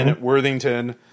worthington